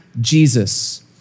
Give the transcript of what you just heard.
Jesus